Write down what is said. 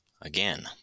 again